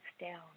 down